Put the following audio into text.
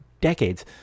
decades